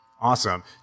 Awesome